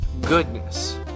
goodness